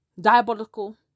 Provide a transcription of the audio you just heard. Diabolical